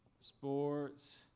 sports